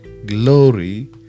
glory